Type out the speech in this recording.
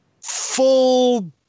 full